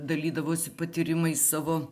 dalydavosi patyrimais savo